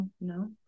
no